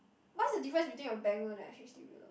what's the difference between a bank loan and a H_D_B loan